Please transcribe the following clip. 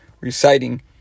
reciting